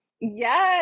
Yes